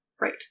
Right